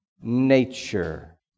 nature